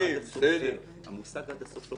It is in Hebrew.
אי-אפשר להאריך התיישנות שכבר הסתיימה.